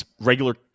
regular